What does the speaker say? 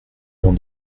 dans